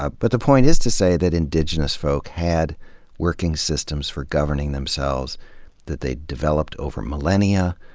ah but the point is to say that indigenous folk had working systems for governing themselves that they'd developed over millennia.